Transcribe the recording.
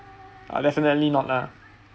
I'll definitely not lah